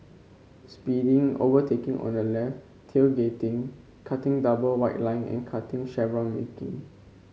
speeding overtaking on the left tailgating cutting double white line and cutting chevron marking